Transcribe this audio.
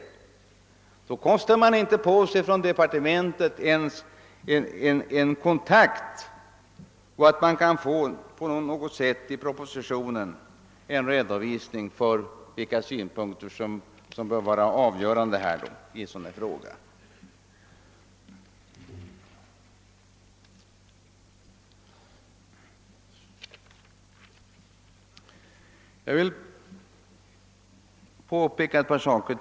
Trots detta kostar departementet inte ens på sig att ta en kontakt med Landstingsförbundet och landstingens inköpscentral för att i propositionen kunna redovisa synpunkter som bör vara vikt i denna fråga. Herr talman! Jag vill påpeka ytterligare ett par saker.